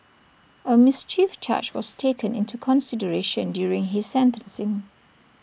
A mischief charge was taken into consideration during his sentencing